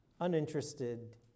uninterested